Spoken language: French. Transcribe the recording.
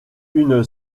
une